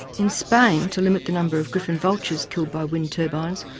in spain to limit the number of griffon vultures killed by wind turbines,